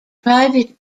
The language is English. private